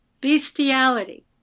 bestiality